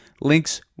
Links